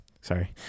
Sorry